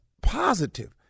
positive